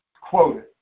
quoted